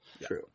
true